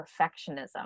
perfectionism